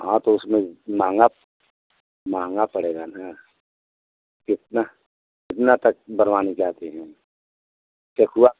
हाँ तो उसमें महँगा महँगा पड़ेगा ना कितना कितना तक बनवाना चाहती हैं सेखुवा